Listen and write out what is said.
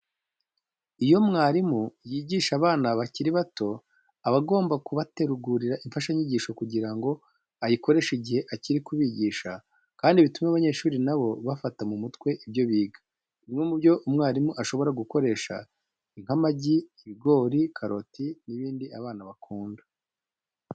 Iyo umwarimu yigisha abana bakiri bato, aba agomba kubategurira imfashanyigisho kugira ngo ayikoreshe igihe ari kubigisha kandi bitume abanyeshuri na bo bafata mu mutwe ibyo biga. Bimwe mu byo umwarimu ashobora gukoresha ni nk'amagi, ibigori, karoti n'ibindi abana bakunda.